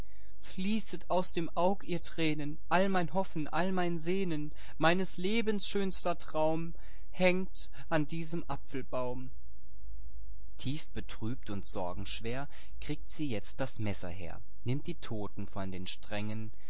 fließet aus dem aug ihr tränen all mein hoffen all mein sehnen meines lebens schönster traum hängt an diesem apfelbaum illustration nimmt die toten ab tiefbetrübt und sorgenschwer kriegt sie jetzt das messer her nimmt die toten von den strängen